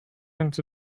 into